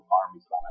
armies